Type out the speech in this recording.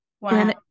Wow